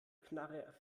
knarre